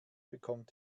bekommt